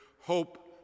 Hope